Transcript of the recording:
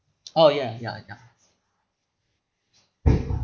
oh ya ya ya